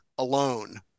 alone